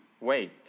wait